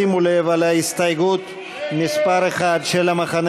שימו לב: אנחנו מצביעים על הסתייגות מס' 1 של המחנה